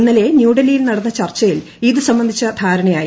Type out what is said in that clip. ഇന്നലെ ന്യൂഡൽഹിയിൽ നടന്ന ചർച്ചയിൽ ഇതുസംബന്ധിച്ച ധാരണായി